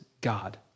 God